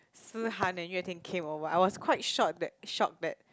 Si-Han and Yue-Ting came over I was quite shocked that shocked that